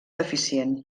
deficient